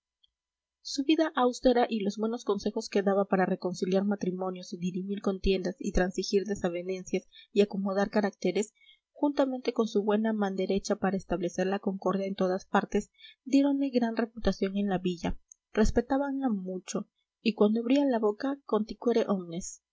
su vida austera y los buenos consejos que daba para reconciliar matrimonios y dirimir contiendas y transigir desavenencias y acomodar caracteres juntamente con su buena manderecha para establecer la concordia en todas partes diéronle gran reputación en la villa respetábanla mucho y cuando abría la boca conticuere omnes como era